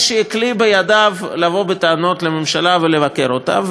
שיהיה כלי בידיו לבוא בטענות לממשלה ולבקר אותה.